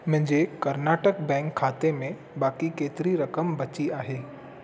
मुंहिंजे कर्नाटक बैंक खाते में बाक़ी केतिरी रक़म बची आहे